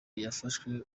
yafashwe